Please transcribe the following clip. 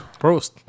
Prost